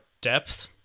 depth